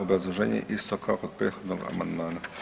Obrazloženje isto kao kod prethodnog amandmana.